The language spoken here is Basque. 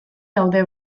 daude